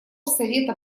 совета